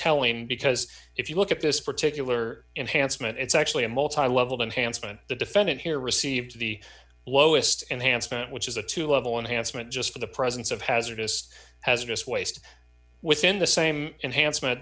telling because if you look at this particular enhanced moment it's actually a multilevel than hanson the defendant here receives the lowest enhancement which is a two level unhandsome and just for the presence of hazardous hazardous waste within the same enhancement